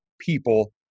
people